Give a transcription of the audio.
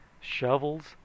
shovels